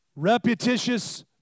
reputitious